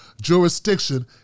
jurisdiction